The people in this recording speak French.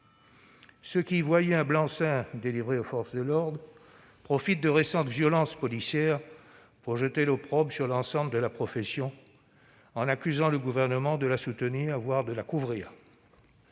Ceux qui y voient un blanc-seing délivré aux forces de l'ordre profitent des récentes violences policières pour jeter l'opprobre sur l'ensemble de la profession, en accusant le Gouvernement de la soutenir, voire de la couvrir.